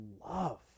love